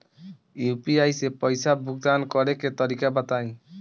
UPI से पईसा भुगतान करे के तरीका बताई?